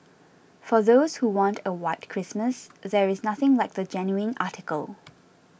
for those who want a white Christmas there is nothing like the genuine article